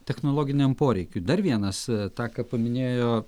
technologiniam poreikiui dar vienas tą ką paminėjo